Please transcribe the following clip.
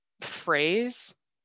phrase